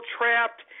trapped